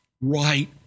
right